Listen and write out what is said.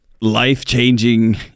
life-changing